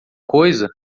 coisa